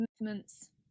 movements